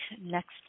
next